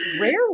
rarely